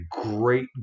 great